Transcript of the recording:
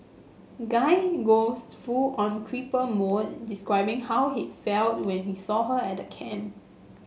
guy goes full on creeper mode describing how he felt when he saw her at camp